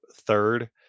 third